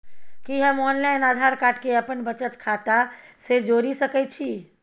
कि हम online Aadhaar card के अपन बचत खाता से जोरि सकै छी?